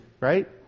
right